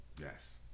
Yes